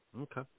Okay